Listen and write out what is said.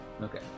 Okay